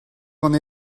get